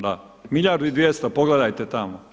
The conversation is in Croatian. Da, milijardu i 200 pogledajte tamo.